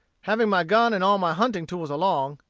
having my gun and all my hunting tools along,